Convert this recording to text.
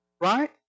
right